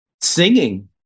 singing